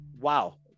wow